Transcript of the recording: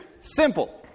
simple